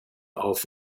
auf